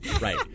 right